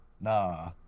Nah